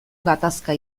gatazka